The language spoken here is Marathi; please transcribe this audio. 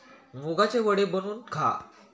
मुगाचे वडे बनवून खा